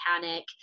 panic